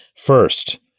First